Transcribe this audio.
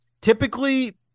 Typically